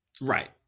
Right